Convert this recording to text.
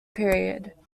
period